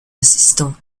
assistant